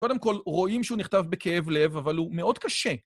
קודם כול, רואים שהוא נכתב בכאב לב, אבל הוא מאוד קשה.